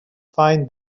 find